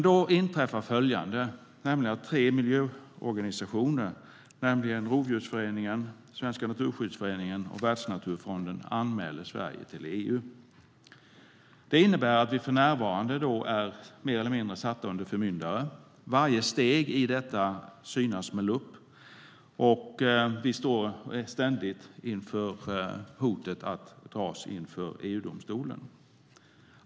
Då anmälde tre miljöorganisationer, Svenska Rovdjursföreningen, Naturskyddsföreningen och Världsnaturfonden, Sverige till EU. Det innebär att vi för närvarande är mer eller mindre satta under förmyndare. Varje steg i detta synas med lupp, och vi står inför ett ständigt hot att dras inför EU-domstolen.